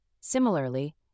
Similarly